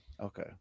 Okay